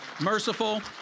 merciful